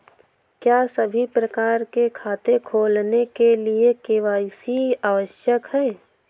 क्या सभी प्रकार के खाते खोलने के लिए के.वाई.सी आवश्यक है?